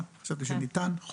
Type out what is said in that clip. חשבתי שניתן.